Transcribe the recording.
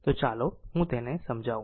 તો ચાલો હું તેને સમજાવું